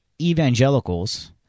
evangelicals